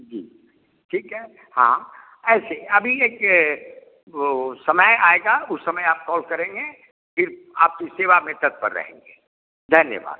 जी ठीक है हाँ ऐसे अभी एक वह समय आएगा उस समय आप कॉल करेंगे फ़िर आपकी सेवा में तत्पर रहेंगे धन्यवाद